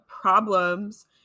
problems